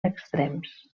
extrems